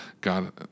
God